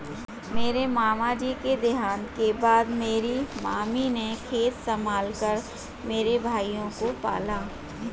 मेरे मामा जी के देहांत के बाद मेरी मामी ने खेत संभाल कर मेरे भाइयों को पाला